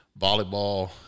Volleyball